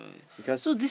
because